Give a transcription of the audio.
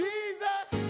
Jesus